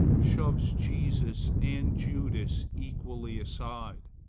shoves jesus and judas equally aside.